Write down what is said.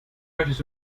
möchtest